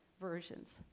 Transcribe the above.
versions